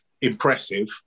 impressive